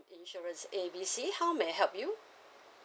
insurance A B C how may I help you